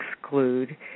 exclude